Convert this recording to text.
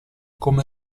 come